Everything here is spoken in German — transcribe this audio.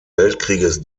weltkrieges